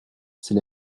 c’est